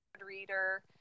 reader